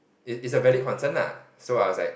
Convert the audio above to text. it's it's a valid concern lah so I was like